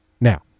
Now